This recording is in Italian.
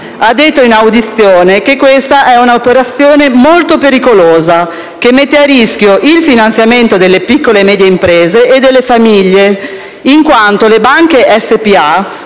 ha detto, in audizione, che questa è un'operazione molto pericolosa, che mette a rischio il finanziamento delle piccole e medie imprese e delle famiglie. Infatti, le banche SpA